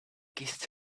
kissed